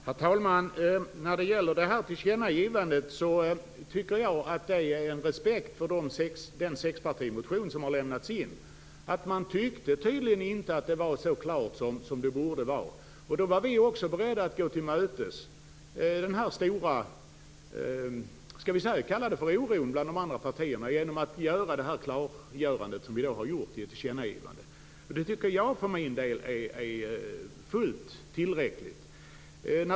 Herr talman! Jag tycker att tillkännagivandet är ett uttryck för respekt för den sexpartimotion som har väckts. Man tyckte tydligen inte att läget var så klart som det borde vara. Vi var beredda att ta hänsyn till den stora oro som fanns i de andra partierna genom att göra detta klarläggande tillkännagivande. Jag tycker för min del att det är fullt tillräckligt.